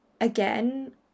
again